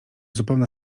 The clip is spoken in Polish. zupełna